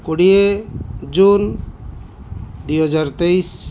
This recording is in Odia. କୋଡ଼ିଏ ଜୁନ ଦୁଇହଜାର ତେଇଶି